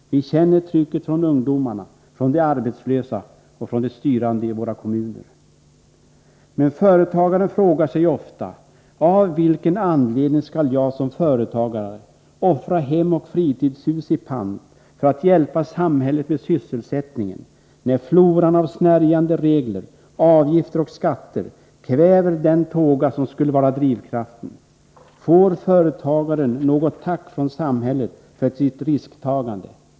Vi känner trycket från ungdomarna, från de arbetslösa och från de styrande i våra kommuner. Men företagaren frågar sig ofta: Av vilken anledning skall jag som företagare offra hem och fritidshus i pant för att hjälpa samhället med sysslsättningen, när floran av snärjande regler, avgifter och skatter kväver den tåga som skulle vara drivkraften? Får företagaren något tack från samhället för sitt risktagande?